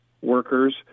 workers